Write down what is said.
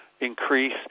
increase